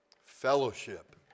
Fellowship